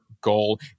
goal